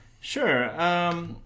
Sure